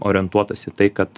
orientuotas į tai kad